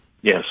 Yes